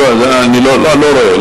אני לא רואה,